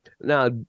Now